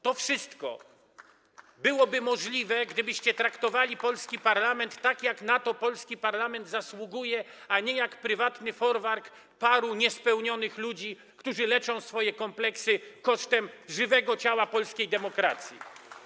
To wszystko byłoby możliwe, gdybyście traktowali polski parlament tak, jak na to polski parlament zasługuje, a nie jak prywatny folwark paru niespełnionych ludzi, którzy leczą swoje kompleksy kosztem żywego ciała polskiej demokracji.